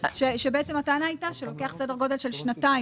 שבעצם הטענה הייתה שלוקח סדר גודל של שנתיים